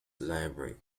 library